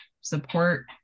support